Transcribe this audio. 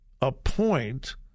appoint